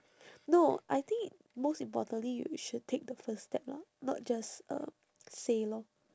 no I think most importantly you should take the first step lah not just um say lor